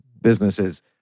businesses